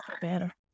better